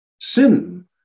Sin